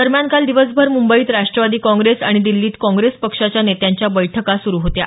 दरम्यान काल दिवसभर मुंबईत राष्ट्रवादी काँग्रेस आणि दिल्लीत काँग्रेस पक्षाच्या नेत्यांच्या बैठका सुरू होत्या